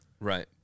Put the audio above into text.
right